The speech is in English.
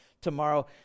tomorrow